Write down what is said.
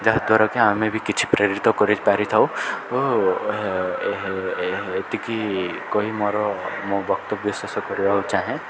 ଯାହାଦ୍ୱାରା କିି ଆମେ ବି କିଛି ପ୍ରେରିତ କରିପାରିଥାଉ ଓ ଏତିକି କହି ମୋର ମୁଁ ବକ୍ତବ୍ୟ ଶେଷ କରିବାକୁ ଚାହେଁ